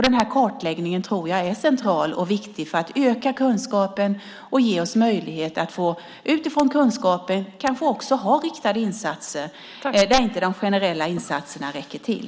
Den här kartläggningen tror jag är central och viktig för att öka kunskapen och ge oss möjlighet att utifrån kunskaper kanske också göra riktade insatser där inte de generella insatserna räcker till.